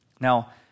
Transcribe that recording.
Now